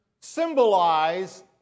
symbolize